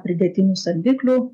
pridėtinių saldiklių